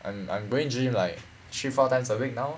I'm I'm going gym like three four times a week now